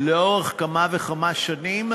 לאורך כמה וכמה שנים,